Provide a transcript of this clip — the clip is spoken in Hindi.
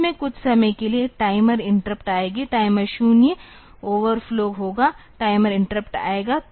बीच में कुछ समय के लिए टाइमर इंटरप्ट आएगी टाइमर 0 ओवरफ्लो होगा टाइमर इंटरप्ट आएगा